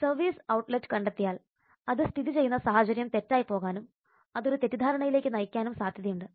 service outlet കണ്ടെത്തിയാൽ അത് സ്ഥിതി ചെയ്യുന്ന സാഹചര്യം തെറ്റായിപ്പോകാനും അത് ഒരു തെറ്റിദ്ധാരണയിലേക്ക് നയിക്കാനും സാധ്യതയുണ്ട്